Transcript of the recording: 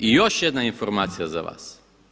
I još jedna informacija za vas.